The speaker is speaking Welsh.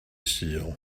sul